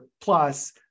Plus